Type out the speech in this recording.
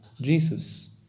Jesus